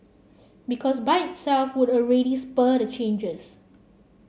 because by itself would already spur the changes